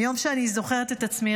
מיום שאני זוכרת את עצמי,